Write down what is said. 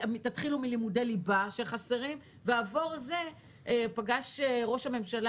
תתחילו מלימודי ליבה שחסרים ועבור זה פגש ראש הממשלה,